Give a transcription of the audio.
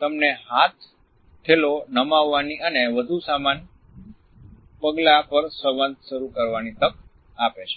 તમને હાથ થેલો નમાવવાની અને વધુ સમાન પગલા પર સંવાદ શરૂ કરવાની તક આપે છે